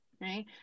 right